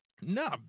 No